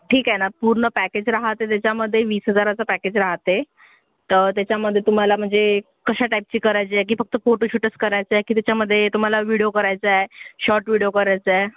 ठीक आहे ना पूर्ण पॅकेज राहते त्याच्यामध्ये वीस हजाराचं पॅकेज राहते तर त्याच्यामध्ये तुम्हाला म्हणजे कशा टाईपची करायची आहे की फक्त फोटोशूटच करायचं आहे की त्याच्यामध्ये तुम्हाला व्हडिओ करायचा आहे शॉर्ट व्हिडिओ करायचा आहे